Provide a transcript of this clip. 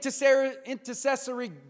intercessory